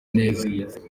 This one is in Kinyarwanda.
neza